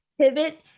pivot